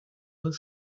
other